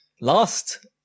Last